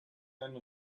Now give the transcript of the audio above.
einen